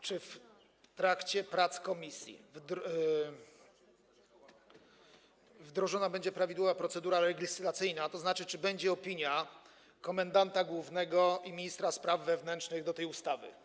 Czy w trakcie prac komisji wdrożona będzie prawidłowa procedura legislacyjna, tzn. czy będzie opinia komendanta głównego i ministra spraw wewnętrznych o tej ustawie?